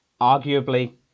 arguably